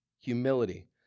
humility